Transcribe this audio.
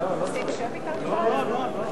הייתי מדבר כמוכם, אבל עם פחות להט.